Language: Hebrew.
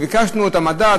ביקשנו את המדד,